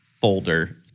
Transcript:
folder